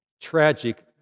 Tragic